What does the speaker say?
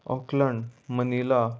Auckland Manila